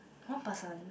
one person